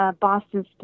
Boston